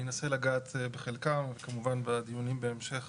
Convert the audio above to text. אני אנסה לגעת בחלקם וכמובן בדיונים בהמשך